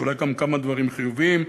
אולי יש גם כמה דברים חיוביים,